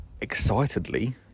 Excitedly